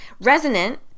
Resonant